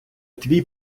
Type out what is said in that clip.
твій